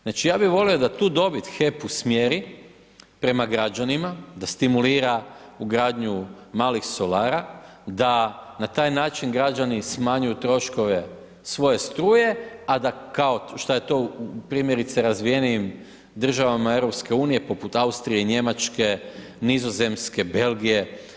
Znači ja bi volio da tu dobit HEP usmjeri prema građanima, da stimulira ugradnju malih solara, da na taj način građani smanjuju troškove svoje struje, a da kao, šta je to primjerice razvijenim državama EU, poput Austrije, Njemačke, Nizozemske, Belgije.